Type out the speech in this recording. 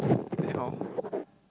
then how